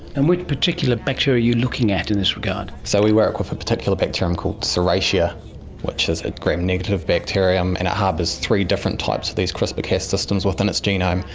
and which particular bacteria are you looking at in this regard? so we work with a particular bacterium called serratia which is a gram negative bacterium, and it harbours three different types of these crispr-cas systems within its genome,